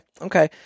Okay